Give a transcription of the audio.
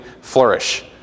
Flourish